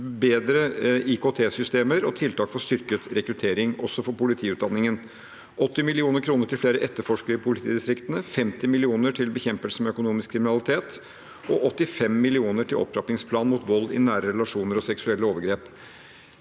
bedre IKT-systemer og tiltak for styrket rekruttering, også for politiutdanningen, 80 mill. kr går til flere etterforskere i politidistriktene, 50 mill. kr går til bekjempelse av økonomisk kriminalitet, og 85 mill. kr går til opptrappingsplanen mot vold i nære relasjoner og seksuelle overgrep.